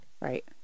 Right